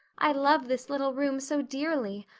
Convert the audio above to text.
i love this little room so dearly.